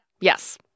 Yes